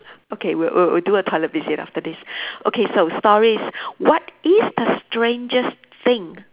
okay we'll we'll we'll do a toilet visit after this okay so stories what is the strangest thing